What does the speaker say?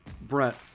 Brett